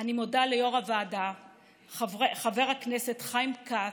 אני מודה ליו"ר הוועדה חבר הכנסת חיים כץ,